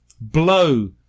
Blow